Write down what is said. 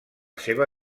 seva